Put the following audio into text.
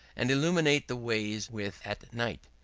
and illuminate the ways with at night.